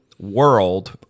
world